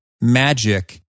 magic